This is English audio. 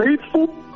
faithful